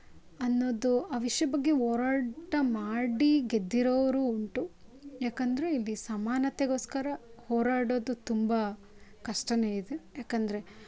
ಅನ್ನೋದು ಆ ವಿಷಯ ಬಗ್ಗೆ ಹೋರಾಟ ಮಾಡಿ ಗೆದ್ದಿರೋರು ಉಂಟು ಯಾಕಂದರೆ ಇಲ್ಲಿ ಸಮಾನತೆಗೋಸ್ಕರ ಹೋರಾಡೋದು ತುಂಬ ಕಷ್ಟವೇ ಇದೆ ಯಾಕಂದರೆ